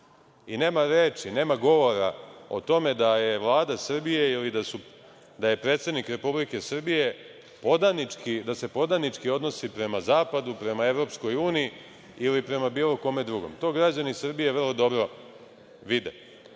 reči, nema govora o tome da je Vlada Srbije, ili da se predsednik Republike Srbije podanički odnosi prema zapadu, prema Evropskoj uniji ili prema bilo kome drugom. To građani Srbije vrlo dobro vide. Što